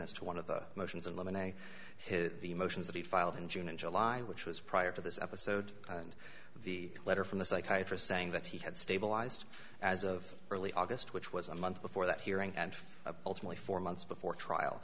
as to one of the motions in limine and his the motions that he filed in june and july which was prior to this episode and the letter from the psychiatrist saying that he had stabilized as of early august which was a month before that hearing and ultimately four months before trial